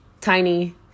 tiny